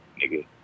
nigga